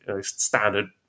standard